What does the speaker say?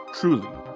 Truly